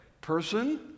person